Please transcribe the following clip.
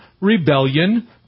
rebellion